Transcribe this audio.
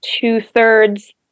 two-thirds